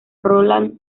roland